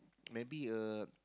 maybe a